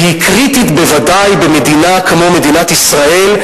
והיא קריטית ודאי במדינה כמו מדינת ישראל,